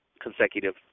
consecutive